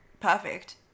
perfect